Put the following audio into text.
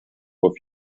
auf